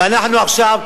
ואנחנו עכשיו,